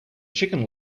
chicken